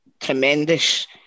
tremendous